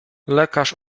lekarz